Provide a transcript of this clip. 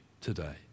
today